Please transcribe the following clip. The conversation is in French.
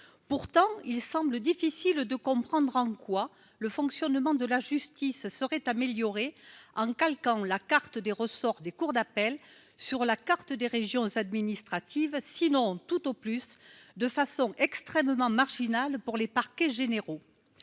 pourtant, il semble difficile de comprendre en quoi le fonctionnement de la justice serait améliorée en calquant la carte des ressorts des cours d'appel sur la carte des régions administratives, sinon tout au plus, de façon extrêmement marginale pour les parquets généraux,